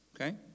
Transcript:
Okay